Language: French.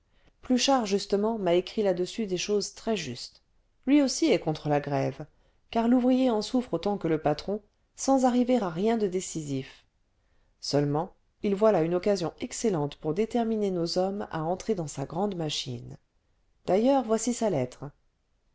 pluchart justement m'a écrit là-dessus des choses très justes lui aussi est contre la grève car l'ouvrier en souffre autant que le patron sans arriver à rien de décisif seulement il voit là une occasion excellente pour déterminer nos hommes à entrer dans sa grande machine d'ailleurs voici sa lettre